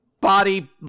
Body